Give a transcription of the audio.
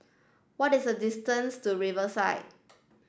what is the distance to Riverside